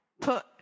put